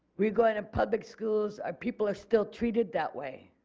we are going to public schools our people are still treated that way.